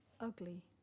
ugly